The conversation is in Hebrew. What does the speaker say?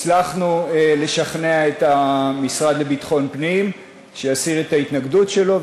הצלחנו לשכנע את המשרד לביטחון פנים שיסיר את ההתנגדות שלו.